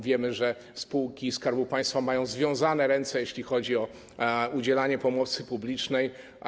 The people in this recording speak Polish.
Wiemy, że spółki Skarbu Państwa mają związane ręce, jeśli chodzi o udzielanie pomocy publicznej.